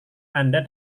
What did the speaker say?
anda